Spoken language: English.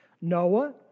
Noah